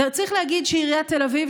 וצריך להגיד שעיריית תל אביב,